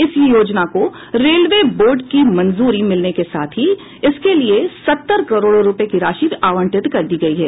इस योजना को रेलवे बोर्ड की मंजूरी मिलने के साथ ही इसके लिये सत्तर करोड़ रूपये की राशि भी आवंटित कर दी गयी है